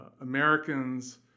Americans